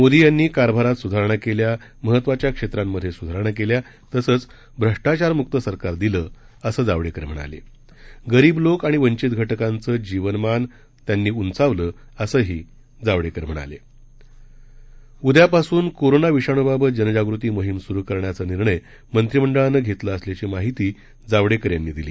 मोदी यांनी कारभारात सुधारणा कल्या महत्वाच्या क्षप्रामध्यक् सुधारणा केल्या तसंच भ्रष्टाचारमुक्त सरकार दिलं असं जावडक्रि म्हणालाारीब लोक आणि वंचित घटकाचं जीवनमान प्रधानमंत्र्यांनी उंचावल असं ही तम्हिणाल उद्यापासून कोरोना विषाणूबाबत जनजागृती मोहिम सुरु करण्याचा निर्णय मंत्रिमंडळानं घरिमा असल्याची माहिती जावडक्कर यांनी दिली